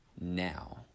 now